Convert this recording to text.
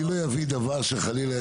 אני לא אביא דבר שחלילה,